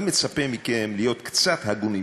אני מצפה מכם להיות קצת הגונים.